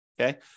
Okay